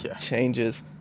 changes